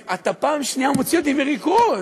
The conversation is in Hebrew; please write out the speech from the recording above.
אתה פעם שנייה מוציא אותי מריכוז.